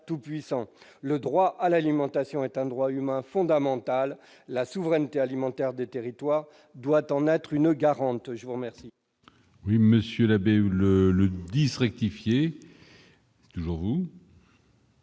le droit à l'alimentation est un droit humain fondamental : la souveraineté alimentaire des territoires doit en être une garante, je vous remercie.